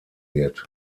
wird